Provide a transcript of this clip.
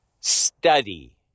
study